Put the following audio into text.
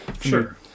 sure